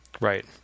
Right